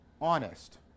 honest